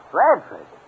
Bradford